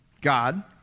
God